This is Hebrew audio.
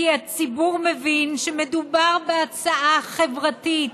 כי הציבור מבין שמדובר בהצעה חברתית.